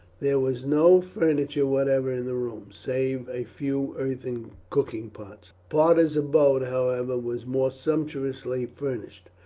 there was no furniture whatever in the rooms, save a few earthen cooking pots. parta's abode, however, was more sumptuously furnished.